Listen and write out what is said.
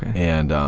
and